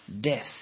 death